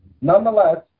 Nonetheless